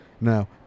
Now